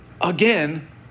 again